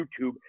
YouTube